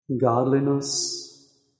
godliness